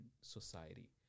society